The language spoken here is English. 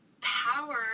power